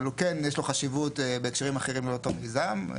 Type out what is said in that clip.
אבל הוא כן יש לו חשיבות בהקשרים אחרים לאותו מיזם.